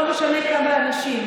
לא משנה כמה אנשים,